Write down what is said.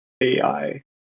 AI